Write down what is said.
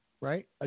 right